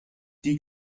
die